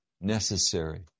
necessary